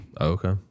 Okay